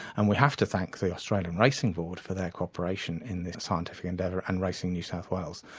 and we have to thank the australian racing board for their cooperation in this scientific endeavour, and racing new south wales,